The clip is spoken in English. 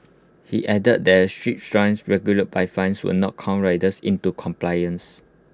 he added that strict stance regulated by fines will not cow riders into compliance